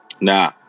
Nah